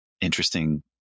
interesting